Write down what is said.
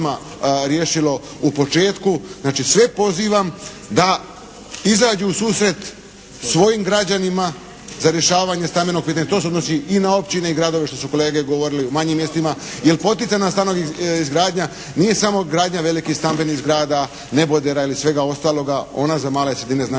riješilo u početku. Znači, sve pozivam da izađu u susret svojim građanima za rješavanje stambenog pitanja. To se odnosi i na općine i gradove što su kolege govorili u manjim mjestima. Jer poticajna stanogradnja nije samo gradnja velikih stambenih zgrada, nebodera ili svega ostaloga. Ona za male sredine znači